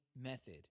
method